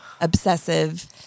obsessive